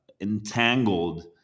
entangled